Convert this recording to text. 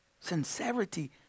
Sincerity